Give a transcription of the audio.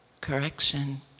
correction